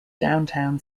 downtown